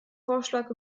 vorschlag